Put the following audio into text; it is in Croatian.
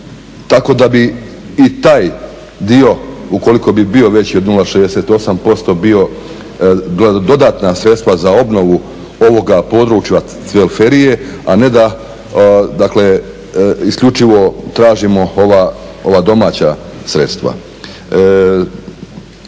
tako da bi i taj dio ukoliko bi bio veći od 0,68% bio dodatna sredstva za obnovu ovoga područja Cvelferije a ne da dakle isključivo tražimo ova domaća sredstva?